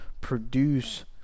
produce